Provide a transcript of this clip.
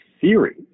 theory